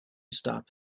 stop